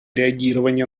реагирования